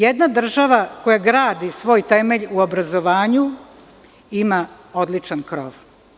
Jedna država koja gradi svoj temelj u obrazovanju ima odličan krov.